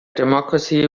democracy